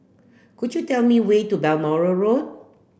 could you tell me way to Balmoral Road